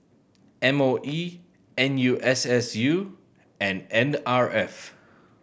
M O E N U S S U and N R F